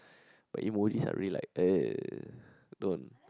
but emoji is real like don't